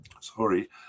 Sorry